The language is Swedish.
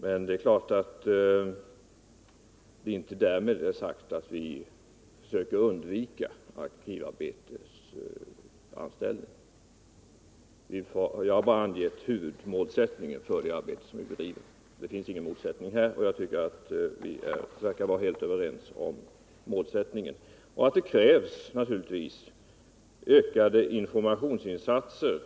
Men det är klart att det därmed inte har sagts att vi söker undvika arkivarbetsanställning. Jag har bara angett huvudmålsättningen för det arbete vi bedriver. Det föreligger ingen motsättning, utan jag tycker det verkar som om vi skulle vara helt överens om målsättningen. Naturligtvis krävs det en ökning av informationsinsatserna.